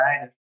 right